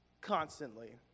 constantly